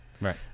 right